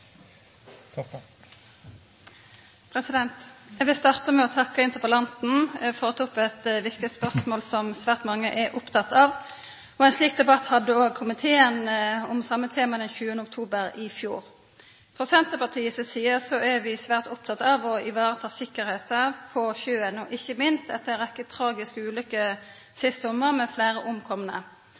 Eg vil starta med å takka interpellanten for å ta opp eit viktig spørsmål, som svært mange er opptekne av. Ein debatt om det same temaet hadde òg komiteen den 20. oktober i fjor. I Senterpartiet er vi svært opptekne av å ta vare på sikkerheita på sjøen, ikkje minst etter ei rekkje tragiske ulykker sist sommar, med fleire omkomne.